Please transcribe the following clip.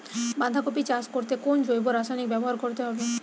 বাঁধাকপি চাষ করতে কোন জৈব রাসায়নিক ব্যবহার করতে হবে?